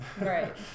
Right